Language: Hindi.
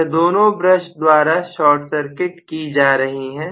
यह दोनों ब्रश द्वारा शार्ट सर्किट की जा रही है